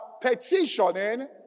petitioning